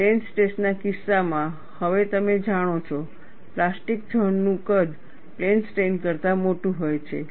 plane stress ના કિસ્સામાં હવે તમે જાણો છો પ્લાસ્ટિક ઝોન નું કદ પ્લેન સ્ટ્રેઇન કરતા ઘણું મોટું છે